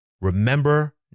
Remember